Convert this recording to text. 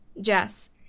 Jess